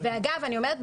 ואני אומרת,